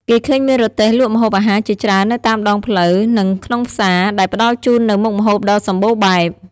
គេឃើញមានរទេះលក់ម្ហូបអាហារជាច្រើននៅតាមដងផ្លូវ និងក្នុងផ្សារ ដែលផ្តល់ជូននូវមុខម្ហូបដ៏សម្បូរបែប។